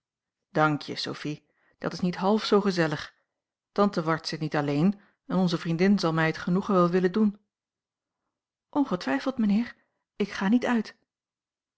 dank je sophie dat is niet half zoo gezellig tante ward zit niet alleen en onze vriendin zal mij het genoegen wel willen doen ongetwijfeld mijnheer ik ga niet uit